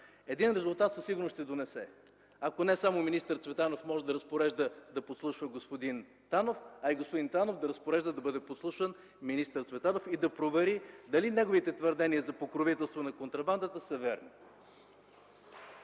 Един резултат със сигурност ще донесе – ако не само министър Цветанов може да разпорежда да подслушват господин Танов, а и господин Танов да разпорежда да бъде подслушан министър Цветанов и да провери дали неговите твърдения за покровителство на контрабандата са верни.